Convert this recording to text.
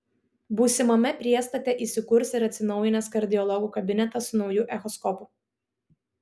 būsimame priestate įsikurs ir atsinaujinęs kardiologų kabinetas su nauju echoskopu